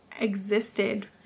existed